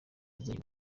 yazanye